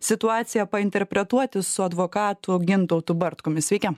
situaciją interpretuoti su advokatų gintautu bartkumi sveiki